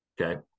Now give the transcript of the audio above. Okay